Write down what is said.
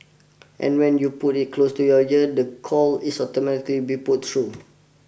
and when you put it close to your ear the call is automatically be put through